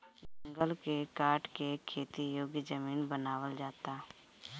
जंगल के काट के खेती योग्य जमीन बनावल जाता